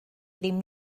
ddim